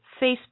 Facebook